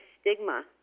stigma